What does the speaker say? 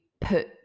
put